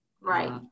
right